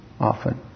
Often